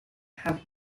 have